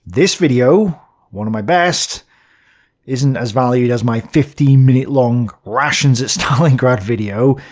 this video one of my best isn't as valued as my fifteen minute long rations at stalingrad video,